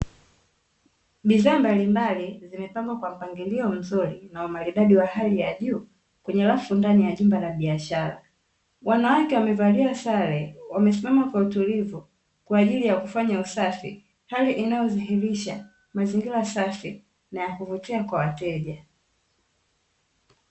Bidhaa mbalimbali zimepangwa kwa mpangilio mzuri na umaridadi wa hali ya juu, kwenye rafu ndani ya jumba la biashara. Wanawake wamevalia sare wamesimama kwa utulivu, kwa ajili ya kufanya usafi hali inayodhihirisha mazingira safi, na ya kuvutia kwa wateja.